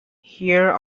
here